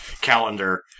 calendar